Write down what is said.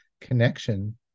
connection